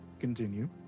continue